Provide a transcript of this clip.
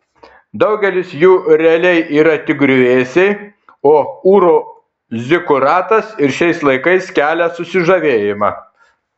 daugelis jų realiai yra tik griuvėsiai o ūro zikuratas ir šiais laikais kelia susižavėjimą